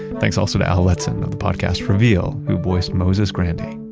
thanks also to al letson with the podcast reveal, who voiced moses grandy.